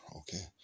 okay